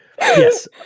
Yes